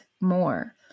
more